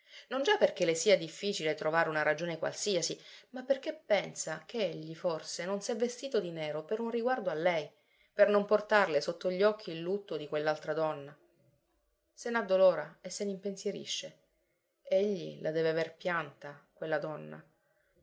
non già perché le sia difficile trovare una ragione qualsiasi ma perché pensa che egli forse non s'è vestito di nero per un riguardo a lei per non portarle sotto gli occhi il lutto di quell'altra donna se n'addolora e se n'impensierisce egli la deve aver pianta quella donna